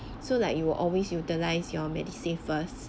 so like you will always utilize your MediSave first